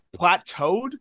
plateaued